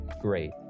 great